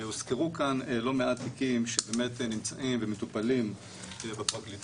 והוזכרו כאן לא מעט תיקים שבאמת נמצאים ומטופלים בפרקליטות.